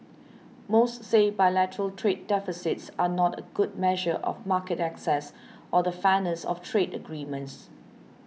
most say bilateral trade deficits are not a good measure of market access or the fairness of trade agreements